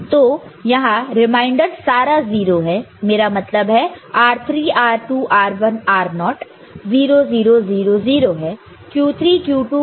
तो यहां रिमाइंडर सारा 0 है मेरा मतलब है r3 r2 r1 r0 0 0 0 0 है